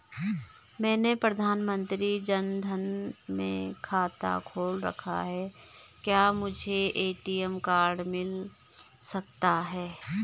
मैंने प्रधानमंत्री जन धन में खाता खोल रखा है क्या मुझे ए.टी.एम कार्ड मिल सकता है?